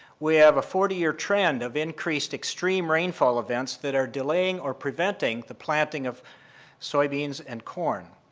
we have a forty year trend of increased extreme rainfall events that are delaying or preventing the planting of soybeans and corn.